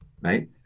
right